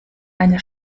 eine